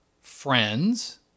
friends